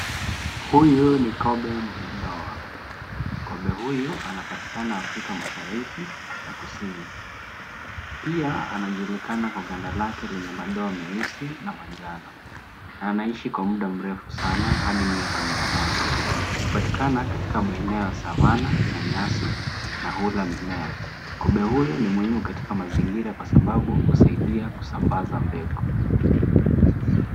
Huyu ni kobe mwenye doa..Kobe huyu anapatikana afrika mashariki na kusini. Pia anajulikana kwa ganda lake lenye madoa meusi na na manjano. Anaishi kwa muda mrefu sana hadi miaka mia Moja. Hupatikana katika maeneo ya savannah na nyasi na hula mimea. Kobe huyu ni muhimu katika mazingira kwa sababu husaidia kusambaza mbegu.